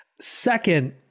Second